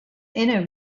inner